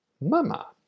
Mama